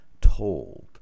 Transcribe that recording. told